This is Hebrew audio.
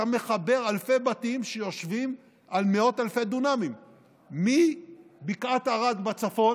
אתה מחבר אלפי בתים שיושבים על מאות אלפי דונמים מבקעת ערד בצפון,